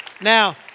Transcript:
Now